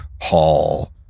hall